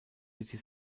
city